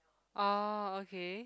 orh okay